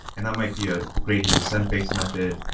and that might be a gradient descent based method,